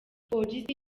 polisi